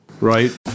right